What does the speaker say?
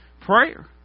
Prayer